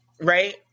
Right